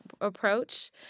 approach